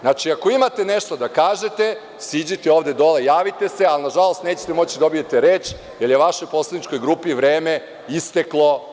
Znači, ako imate nešto da kažete, siđite ovde dole, javite se, ali nažalost nećete moći da dobijete reč jer je vašoj poslaničkoj grupi vreme isteklo.